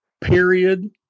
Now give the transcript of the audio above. Period